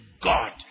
God